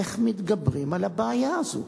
איך מתגברים על הבעיה הזו?